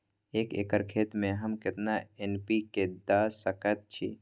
एक एकर खेत में हम केतना एन.पी.के द सकेत छी?